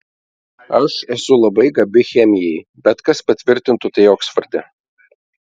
aš esu labai gabi chemijai bet kas patvirtintų tai oksforde